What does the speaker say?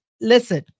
Listen